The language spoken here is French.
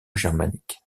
germanique